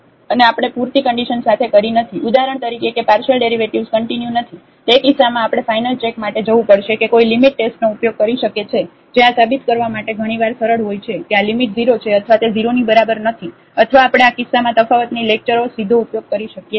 અને આપણે પૂરતી કન્ડિશન સાથે કરી નથી ઉદાહરણ તરીકે કે પાર્શિયલ ડેરિવેટિવ્ઝ કંટીન્યુ નથી તે કિસ્સામાં આપણે ફાઇનલ ચેક માટે જવું પડશે કે કોઈ લિમિટ ટેસ્ટનો ઉપયોગ કરી શકે છે જે આ સાબિત કરવા માટે ઘણી વાર સરળ હોય છે કે આ લિમિટ 0 છે અથવા તે 0 ની બરાબર નથી અથવા આપણે આ કિસ્સામાં તફાવતની લેક્ચરો સીધો ઉપયોગ કરી શકીએ છીએ